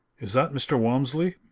is that mr. walmsley?